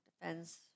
Depends